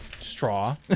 straw